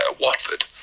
Watford